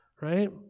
right